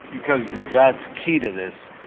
because that's key to this.